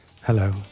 Hello